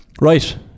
Right